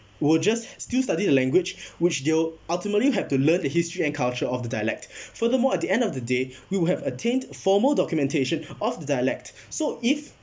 were just still study the language which they'll ultimately have to learn the history and culture of the dialect furthermore at the end of the day we will have attained formal documentation of the dialect so if